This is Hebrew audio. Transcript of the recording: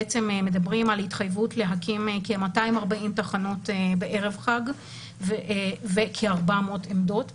מדברים על התחייבות להקים כ-240 תחנות בערב החג וכ-400 עמדות בדיקות.